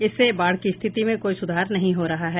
इससे बाढ़ की स्थिति में कोई सुधार नहीं हो रहा है